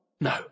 No